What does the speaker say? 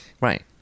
right